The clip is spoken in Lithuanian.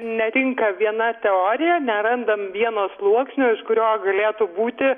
netinka viena teorija nerandam vieno sluoksnio iš kurio galėtų būti